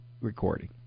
recording